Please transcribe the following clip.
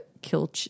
kill